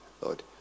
Lord